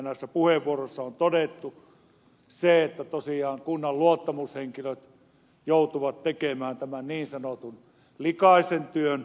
näissä puheenvuoroissa on todettu se että tosiaan kunnan luottamushenkilöt joutuvat tekemään tämän niin sanotun likaisen työn